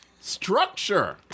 Structure